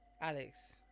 Alex